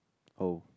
oh